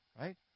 Right